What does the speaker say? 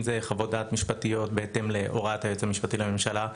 אם זה חוות דעת משפטיות בהתאם להוראת היועץ המשפטי לממשלה,